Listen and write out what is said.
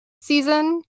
season